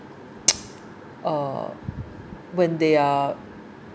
uh when they are